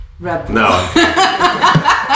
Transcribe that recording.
No